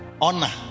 honor